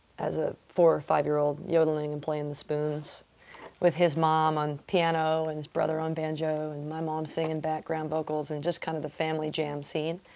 as a four or five-year-old yodeling and playing the spoons with his mom on piano and his brother on banjo, and my mom singing background vocals, and just kind of the family jam scene.